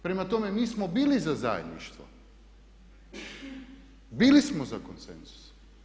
Prema tome, mi smo bili za zajedništvo, bili smo za konsenzus.